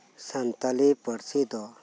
ᱥᱟᱱᱛᱟᱞᱤ ᱯᱟᱹᱨᱥᱤ ᱫᱚ